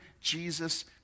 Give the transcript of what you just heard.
Jesus